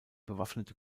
bewaffnete